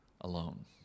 alone